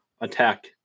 attack